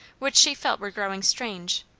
which she felt were growing strange.